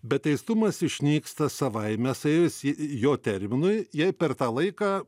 bet teistumas išnyksta savaime suėjus jo terminui jei per tą laiką